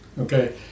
Okay